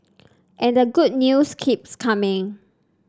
and the good news keeps coming